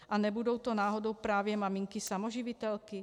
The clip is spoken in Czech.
A nebudou to náhodou právě maminky samoživitelky?